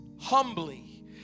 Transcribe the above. humbly